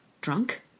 drunk